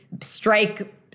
strike